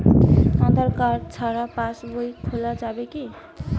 আধার card ছাড়া পাশবই খোলা যাবে কি?